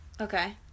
okay